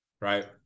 right